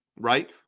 right